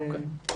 אוקיי.